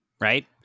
right